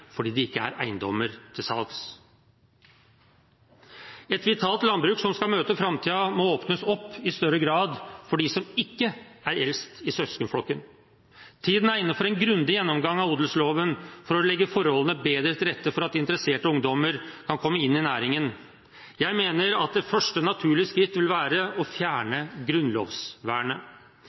fordi det ikke er eiendommer til salgs. Et vitalt landbruk som skal møte framtiden, må i større grad åpnes opp for dem som ikke er eldst i søskenflokken. Tiden er inne for en grundig gjennomgang av odelsloven for å legge forholdene bedre til rette for at interesserte ungdommer kan komme inn i næringen. Jeg mener det første naturlige skritt vil være å fjerne grunnlovsvernet.